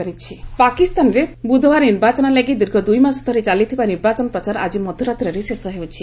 Pak polls campaign ପାକିସ୍ତାନରେ ବୁଧବାର ନିର୍ବାଚନ ଲାଗି ଦୀର୍ଘ ଦୁଇମାସ ଧରି ଚାଲିଥିବା ନିର୍ବାଚନ ପ୍ରଚାର ଆଜି ମଧ୍ୟରାତ୍ରରେ ଶେଷ ହେଉଛି